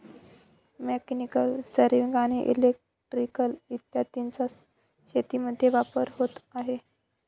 mechanical, civil आणि electrical इत्यादींचा शेतीमध्ये वापर होत आहे